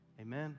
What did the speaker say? Amen